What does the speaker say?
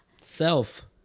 Self